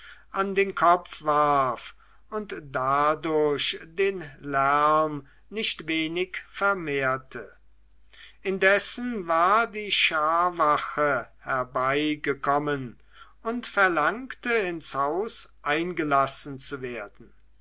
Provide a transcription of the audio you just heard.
an den kopf warf und dadurch den lärm nicht wenig vermehrte indessen war die scharwache herbeigekommen und verlangte ins haus eingelassen zu werden